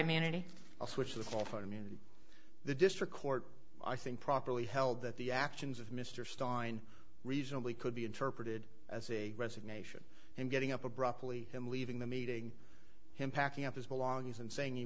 immunity i'll switch them off and the district court i think properly held that the actions of mr stein reasonably could be interpreted as a resignation and getting up abruptly him leaving the meeting him packing up his belongings and saying he